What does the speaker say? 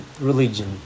religion